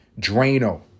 Drano